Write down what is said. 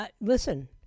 listen